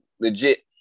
legit